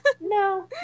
No